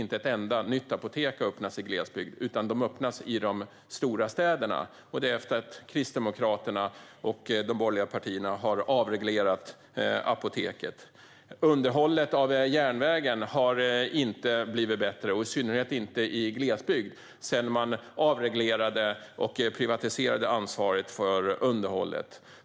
Inte ett enda nytt apotek har öppnats i glesbygd, utan det öppnas apotek i de stora städerna - detta efter att Kristdemokraterna och de borgerliga partierna har avreglerat apoteksmonopolet. Underhållet av järnvägen har inte blivit bättre, i synnerhet inte i glesbygd, sedan man avreglerade och privatiserade ansvaret för underhållet.